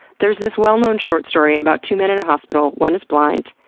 there's this well-known short story about two men in a hospital, one is blind,